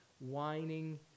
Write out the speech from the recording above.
whining